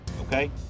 okay